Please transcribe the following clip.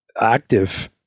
active